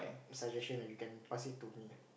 suggestion and you can pass it to me